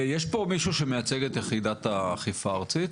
יש פה מישהו שמייצג את יחידת האכיפה הארצית?